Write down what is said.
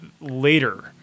later